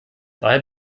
daher